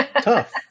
tough